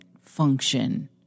function